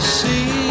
see